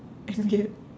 and weird